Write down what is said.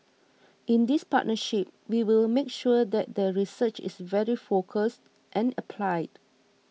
in this partnership we will make sure that the research is very focused and applied